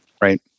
Right